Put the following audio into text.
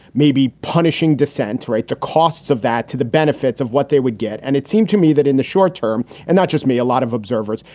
maybe punishing dissent. right. the costs of that to the benefits of what they would get. and it seemed to me that in the short term, and not just me, a lot of observers,